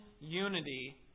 unity